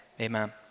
amen